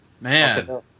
Man